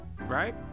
right